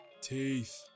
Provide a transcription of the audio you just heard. teeth